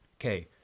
okay